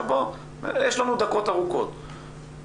יש לנו דקות ארוכות,